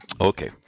Okay